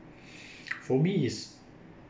for me is